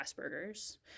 Asperger's